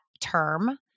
term